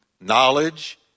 knowledge